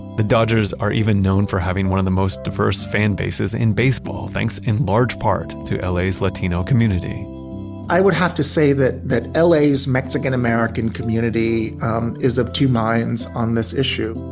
the dodgers are even known for having one of the most diverse fan bases in baseball. thanks, in large part, to la's latino community i would have to say that that ah la's mexican american community um is of two minds on this issue.